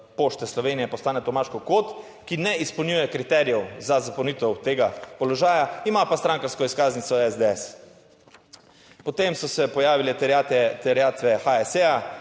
Pošte Slovenije postane Tomaž Kokot, ki ne izpolnjuje kriterijev za zapolnitev tega položaja, ima pa strankarsko izkaznico SDS. Potem so se pojavile terjatve HSE,